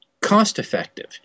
cost-effective